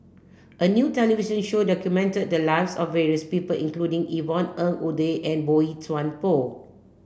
a new television show documented the lives of various people including Yvonne Ng Uhde and Boey Chuan Poh